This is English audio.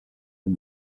and